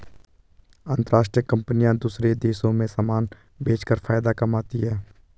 अंतरराष्ट्रीय कंपनियां दूसरे देशों में समान भेजकर फायदा कमाती हैं